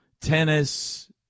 tennis